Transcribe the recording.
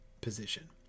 position